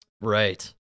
Right